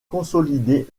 consolider